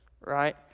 right